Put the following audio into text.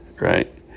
right